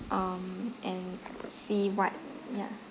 um and see what ya